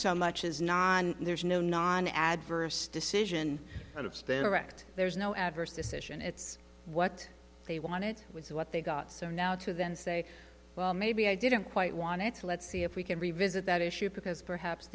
so much as non there's no non adverse decision of stand erect there's no adverse decision it's what they wanted which is what they got so now to then say well maybe i didn't quite want it so let's see if we can revisit that issue because perhaps